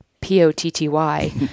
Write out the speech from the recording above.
P-O-T-T-Y